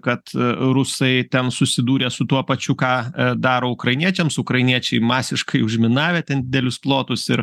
kad rusai ten susidūrė su tuo pačiu ką daro ukrainiečiams ukrainiečiai masiškai užminavę ten didelius plotus ir